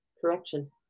correction